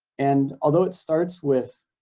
and although it starts with